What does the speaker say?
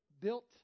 Built